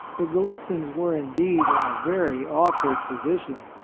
the gallitzins were indeed in a very awkward position.